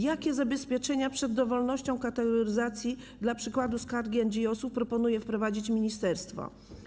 Jakie zabezpieczenia przed dowolnością kategoryzacji, dla przykładu - skargi NGO, proponuje wprowadzić ministerstwo?